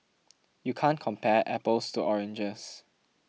you can't compare apples to oranges